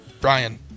Brian